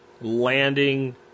landing